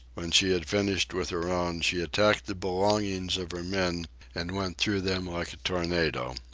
when she had finished with her own, she attacked the belongings of her men and went through them like a tornado.